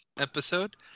episode